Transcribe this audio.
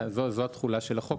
זו התחולה של החוק,